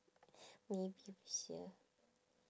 maybe was here